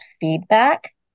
feedback